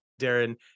Darren